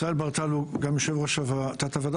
ישראל ברטל הוא גם יושב-ראש תת-הוועדה